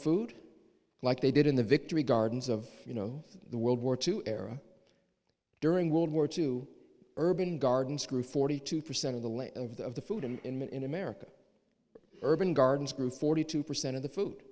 food like they did in the victory gardens of you know the world war two era during world war two urban gardens grew forty two percent of the length of the of the food and in america urban gardens grew forty two percent of the food